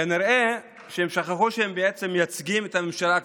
כנראה שהם שכחו שהם בעצם כבר